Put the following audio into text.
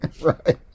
Right